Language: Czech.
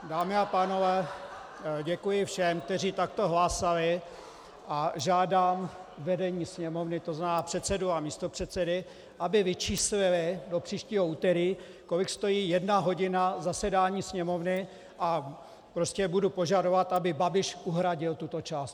Dámy a pánové, děkuji všem, kteří takto hlasovali, a žádám vedení Sněmovny, to znamená předsedu a místopředsedy, aby vyčíslili do příštího úterý, kolik stojí jedna hodina zasedání Sněmovny, a prostě budu požadovat, aby Babiš uhradil tuto částku.